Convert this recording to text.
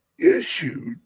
issued